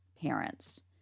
parents